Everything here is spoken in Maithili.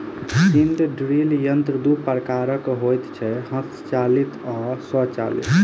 सीड ड्रील यंत्र दू प्रकारक होइत छै, हस्तचालित आ स्वचालित